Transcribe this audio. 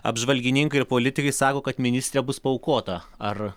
apžvalgininkai ir politikai sako kad ministrė bus paaukota ar